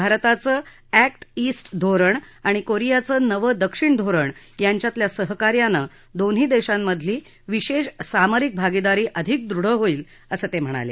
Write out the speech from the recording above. भारताचं अध्वे ईस्ट धोरण आणि कोरियाचं नवं दक्षिण धोरण यांच्यातल्या सहकार्यानं दोन्ही देशांमधली विशेष सामरिक भागीदारी अधिक दृढ होईल असं ते म्हणाले